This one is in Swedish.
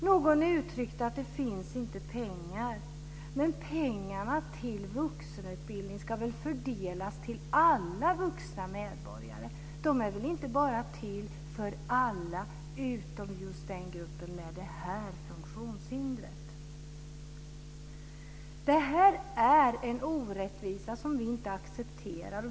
Någon uttryckte det att det inte finns pengar, men pengarna till vuxenutbildning ska väl fördelas till alla vuxna medborgare? De är väl inte till för alla utom just gruppen med funktionshinder? Det här är en orättvisa som vi inte accepterar.